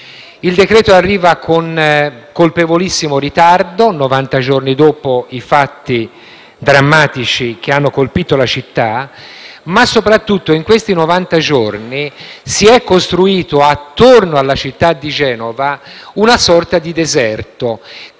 Il decreto-legge arriva con colpevolissimo ritardo (novanta giorni dopo i fatti drammatici che hanno colpito la città); ma soprattutto, in questi novanta giorni, si è costruito attorno alla città di Genova una sorta di deserto,